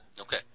Okay